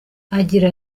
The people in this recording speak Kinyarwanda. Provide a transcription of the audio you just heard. agira